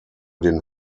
den